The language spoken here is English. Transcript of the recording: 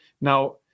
Now